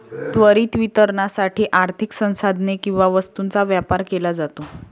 त्वरित वितरणासाठी आर्थिक संसाधने किंवा वस्तूंचा व्यापार केला जातो